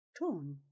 torn